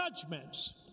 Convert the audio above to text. judgments